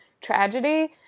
tragedy